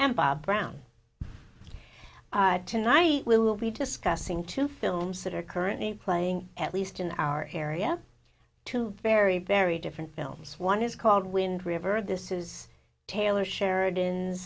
and bob brown tonight we'll be discussing two films that are currently playing at least in our area two very very different films one is called wind river this is taylor's sheridan